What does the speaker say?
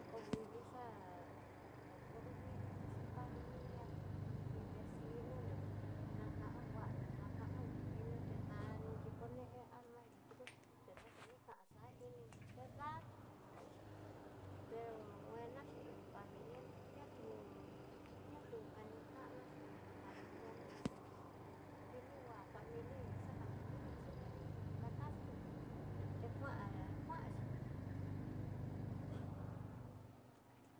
Na ko kuili xá'a, nraton kuili no xhin familia no, iin vecino no, ná kan ngua no'o na kan nguili nruté da'a ní xhiko né'e alma ñóo tuku, teno xanikan xa'a ininró nruté, danii yiko nexhi tú pero nguenaxi familia na ki natú'u, ña tu kanitana xí, familia ná kuini va'a familia xakana nre ñaxhi, pero nike dakaxuuna te kuan kuanxi.